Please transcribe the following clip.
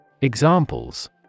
Examples